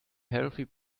healthy